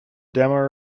demo